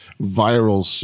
viral